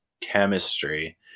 chemistry